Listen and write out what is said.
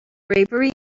bravery